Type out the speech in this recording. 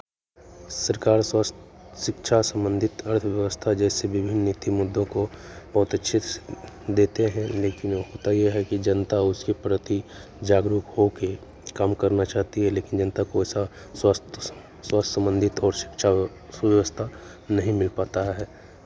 सरकार स्वस्थ शिक्षा संबंधित अर्थ व्यवस्था जैसे विभिन्न नीति मुद्दों को बहुत अच्छे से देते हैं लेकिन वो होता ये है कि जनता उसके प्रति जागरुक होके काम करना चाहती है लेकिन जनता को ऐसा स्वास्थ्य स्वास्थ्य संबंधित और शिक्षा सुव्यवस्था नहीं मिल पाता है